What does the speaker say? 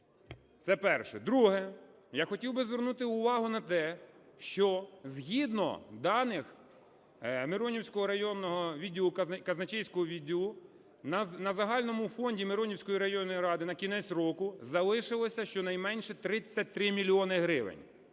Це перше. Друге. Я хотів би звернути увагу на те, що згідно даних Миронівського районного відділу… казначейського відділу на загальному фонді Миронівської районної ради на кінець року залишилося щонайменше 33 мільйони гривень.